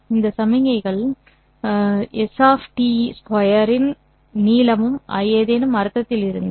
இந்த சமிக்ஞை | கள் டி | 2 இன் நீளமும் ஏதேனும் அர்த்தத்தில் இருந்தால்